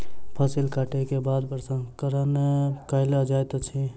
फसिल कटै के बाद प्रसंस्करण कयल जाइत अछि